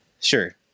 Sure